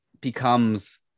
becomes